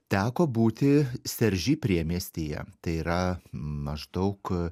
teko būti serži priemiestyje tai yra maždaug